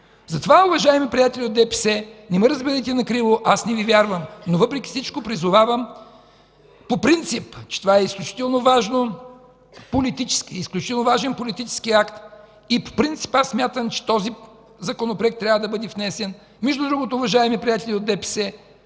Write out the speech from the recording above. Затова, уважаеми приятели от ДПС, не ме разбирайте криво – аз не Ви вярвам, но въпреки всичко призовавам по принцип, че това е изключително важно. Това е изключително важен политически акт и по принцип аз смятам, че този законопроект трябва да бъде внесен. Между другото, уважаеми приятели от ДПС,